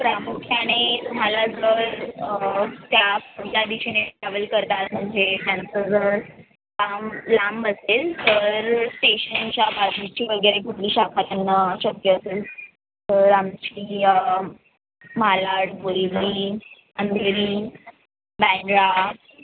प्रामुख्याने तुम्हाला जर त्या दिशेने ट्रॅव्हल करतात म्हणजे त्यांचं जर काम लांब असेल तर स्टेशनच्या बाजूची वगैरे कुठली शाखा त्यांना शक्य असेल तर आमची मालाड बोरीवली अंधेरी बँड्रा